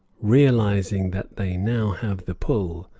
realizing that they now have the pull,